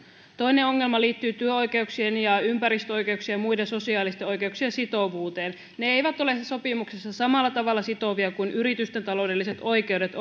toinen ongelma liittyy työoikeuksien ympäristöoikeuksien ja muiden sosiaalisten oikeuksien sitovuuteen ne eivät ole sopimuksessa samalla tavalla sitovia kuin yritysten taloudelliset oikeudet